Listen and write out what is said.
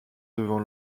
devant